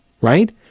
right